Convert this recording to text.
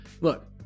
look